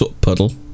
puddle